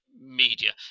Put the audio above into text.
media